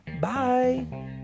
Bye